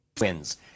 wins